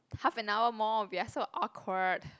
half an hour more we are so awkward